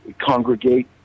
congregate